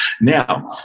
Now